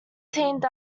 teamed